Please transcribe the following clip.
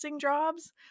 jobs